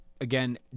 again